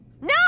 No